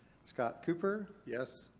scott cooper. yes.